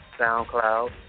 SoundCloud